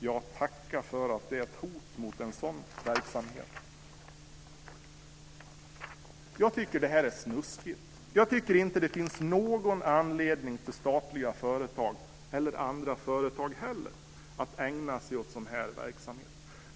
Ja, tacka för att det är ett hot mot en sådan verksamhet! Jag tycker att det här är snuskigt. Jag tycker inte att det finns någon anledning för statliga företag och inte heller för andra företag att ägna sig åt sådan här verksamhet.